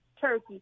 turkey